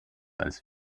als